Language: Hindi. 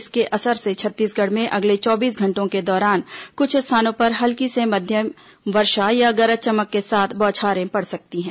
इसके असर से छत्तीसगढ़ में अगले चौबीस घंटों के दौरान कुछ स्थानों पर हल्की से मध्यम वर्षा या गरज चमक के साथ बौछारें पड़ सकती हैं